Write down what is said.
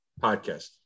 Podcast